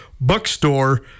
Bookstore